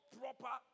proper